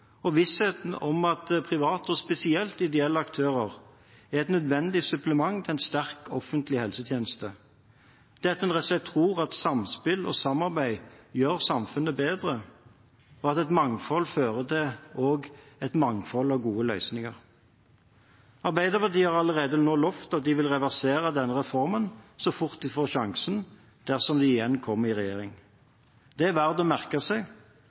og vissheten om at private og spesielt ideelle aktører er et nødvendig supplement til en sterk offentlig helsetjeneste – det at en rett og slett tror at samspill og samarbeid gjør samfunnet bedre, og at et mangfold fører til også et mangfold av gode løsninger. Arbeiderpartiet har allerede nå lovet at de vil reversere denne reformen så fort de får sjansen, dersom de igjen kommer i regjering. Det er verdt å merke seg.